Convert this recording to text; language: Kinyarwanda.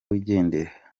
wigendere